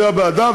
להצביע בעדה,